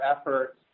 efforts